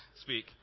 speak